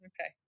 okay